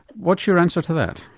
what's your answer to that?